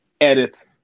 edit